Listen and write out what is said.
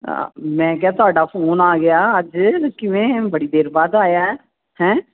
ਮੈਂ ਕਿਹਾ ਤੁਹਾਡਾ ਫੋਨ ਆ ਗਿਆ ਅੱਜ ਕਿਵੇਂ ਬੜੀ ਦੇਰ ਬਾਅਦ ਆਇਆ ਹੈਂ